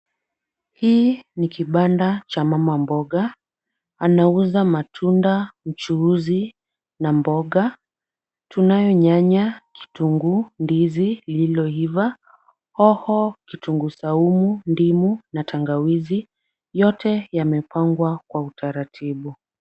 Hii ni kibanda cha mama mboga, anauza matunda mchuuzi na mboga. Tunayo nyanya, kitunguu, ndizi lililoiva, hoho, kitunguu saumu, ndimu na tangawizi. Yote yamepangwa kwa utaratibu.